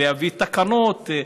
להביא תקנות,